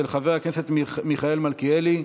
של חבר הכנסת מיכאל מלכיאלי.